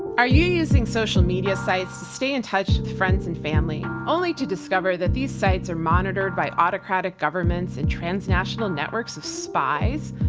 are you using social media sites to stay in touch with friends and family only to discover that these sites are monitored by autocratic governments and transnational networks of spies?